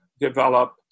develop